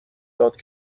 داد